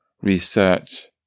research